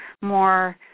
more